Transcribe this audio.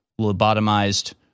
lobotomized